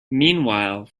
meanwhile